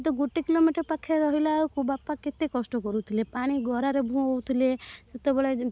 ତ ଗୋଟିଏ kilometre ପାଖରେ ରହିଲା ବେଳକୁ ବାପା କେତେ କଷ୍ଟ କରୁଥିଲେ ପାଣି ଗରାରେ ବୋହୁଥିଲେ ସେତେବେଳେ